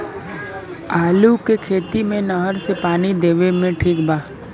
आलू के खेती मे नहर से पानी देवे मे ठीक बा?